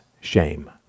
shame